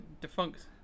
defunct